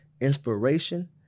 inspiration